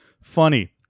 Funny